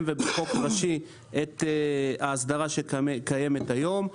ובחוק ראשי את ההסדרה שקיימת היום.